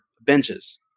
benches